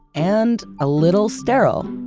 and a little sterile.